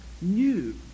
new